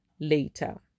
later